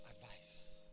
advice